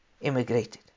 immigrated